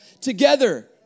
together